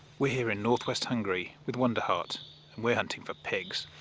we are here in north west hungary with wonderhart and we are hunting for pigs.